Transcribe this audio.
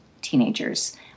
teenagers